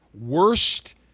Worst